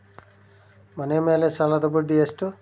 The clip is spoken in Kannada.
ಮನೆ ಮೇಲೆ ಸಾಲದ ಬಡ್ಡಿ ಎಷ್ಟು?